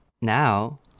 Now